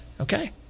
Okay